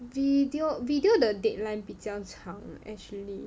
video video the deadline 比较长 actually